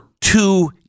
two